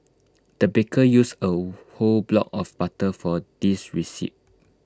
the baker used A whole block of butter for this recipe